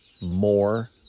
more